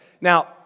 now